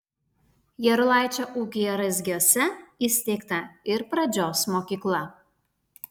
jarulaičio ūkyje raizgiuose įsteigta ir pradžios mokykla